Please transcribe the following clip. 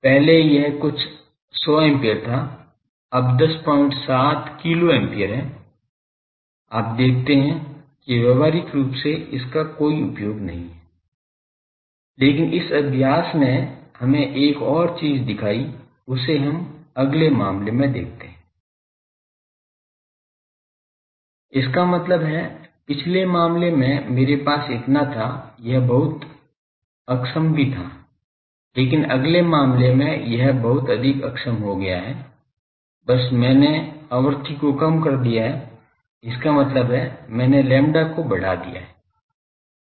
पहले यह कुछ 100 एम्पीयर था अब 107 किलो एम्पीयर है आप देखते हैं कि व्यावहारिक रूप से इसका कोई उपयोग नहीं है लेकिन इस अभ्यास ने हमें एक और चीज़ दिखाई उसे हम अगले मामले में देखते हैं इसका मतलब है पिछले मामले में मेरे पास इतना था यह बहुत अक्षम भी था लेकिन अगले मामले में यह बहुत अधिक अक्षम हो गया है बस मैंने आवृत्ति को कम कर दिया है इसका मतलब है मैंने lambda को बढ़ा दिया है